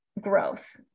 growth